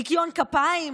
ניקיון כפיים.